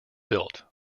built